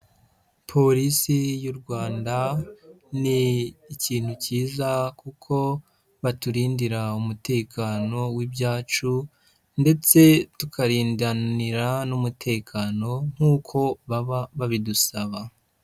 Polisi y'u Rwanda ni ikintu cyiza kuko baturindira umutekano w'ibyacu ndetse tukarindanira n'umutekano nk'uko baba babidusaba.